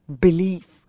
belief